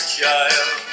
child